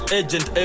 agent